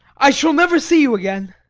i shall never see you again!